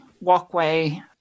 walkway